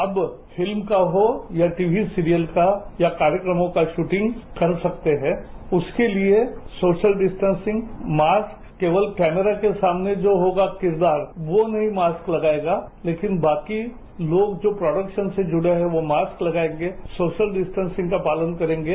अब फिल्म का हो या टीवी सीरियल का या कार्यक्रमों का शूटिंग कर सकते हैं उसके लिए सोशल डिस्टेंसिंग मास्क केवल कैमरा के सामने जो होगा किरदार वो नहीं मास्क लगाएगा लेकिन बाकी लोग जो प्रोडक्शन से जुड़े हों वो मास्क लगाएंगे सोशल डिस्टेंसिंग का पालन करेंगे